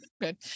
Good